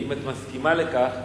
אם את מסכימה לכך,